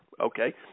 Okay